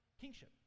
kingship